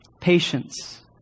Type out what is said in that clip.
patience